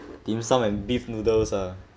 dim sum and beef noodles ah